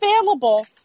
available